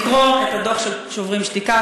לקרוא את הדוח של "שוברים שתיקה",